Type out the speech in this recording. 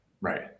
Right